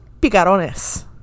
picarones